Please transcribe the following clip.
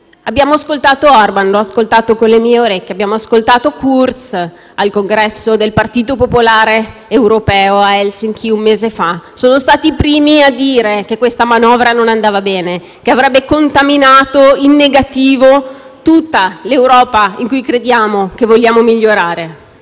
abbiamo ascoltato Orban (l'ho ascoltato con le mie orecchie) e abbiamo ascoltato Kurz al congresso del Partito popolare europeo a Helsinki un mese fa. Sono stati i primi a dire che questa manovra non andava bene e che avrebbe contaminato in negativo tutta l'Europa in cui crediamo e che vogliamo migliorare.